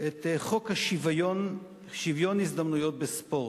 את חוק שוויון הזדמנויות בספורט.